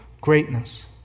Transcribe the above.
greatness